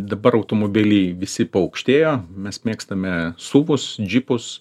dabar automobiliai visi paaukštėjo mes mėgstame suvus džipus